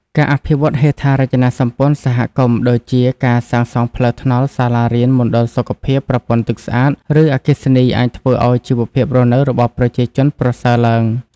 ការអភិវឌ្ឍហេដ្ឋារចនាសម្ព័ន្ធសហគមន៍ដូចជា ការសាងសង់ផ្លូវថ្នល់ សាលារៀន មណ្ឌលសុខភាព ប្រព័ន្ធទឹកស្អាត ឬអគ្គិសនី អាចធ្វើឱ្យជីវភាពរស់នៅរបស់ប្រជាជនប្រសើរឡើង។